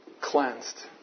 cleansed